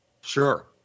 Sure